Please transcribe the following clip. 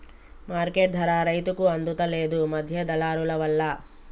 market ధర రైతుకు అందుత లేదు, మధ్య దళారులవల్ల